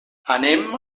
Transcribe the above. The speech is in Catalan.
anem